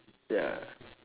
ya